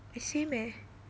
eh same eh